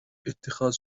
اتخاذ